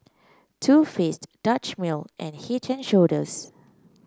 Too Faced Dutch Mill and Head And Shoulders